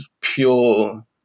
pure